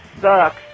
sucks